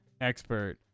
expert